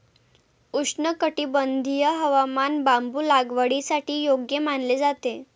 उष्णकटिबंधीय हवामान बांबू लागवडीसाठी योग्य मानले जाते